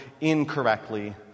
incorrectly